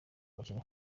mukinyi